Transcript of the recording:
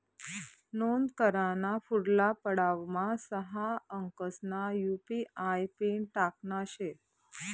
नोंद कराना पुढला पडावमा सहा अंकसना यु.पी.आय पिन टाकना शे